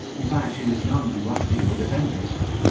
besides, she was young and lusty and would defend herself.